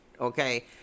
okay